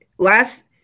Last